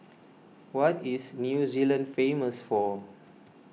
what is New Zealand famous for